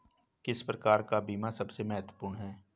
किस प्रकार का बीमा सबसे महत्वपूर्ण है?